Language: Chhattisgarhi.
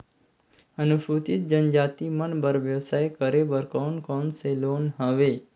अनुसूचित जनजाति मन बर व्यवसाय करे बर कौन कौन से लोन हवे?